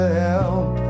help